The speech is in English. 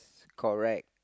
correct